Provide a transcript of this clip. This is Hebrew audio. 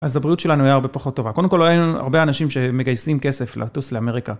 אז הבריאות שלנו היה הרבה פחות טובה, קודם כל לא היו לנו הרבה אנשים שמגייסים כסף לטוס לאמריקה.